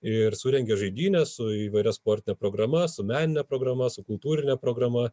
ir surengė žaidynes su įvairia sporto programa su menine programa su kultūrine programa